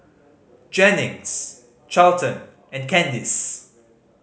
Jennings Charlton and Candyce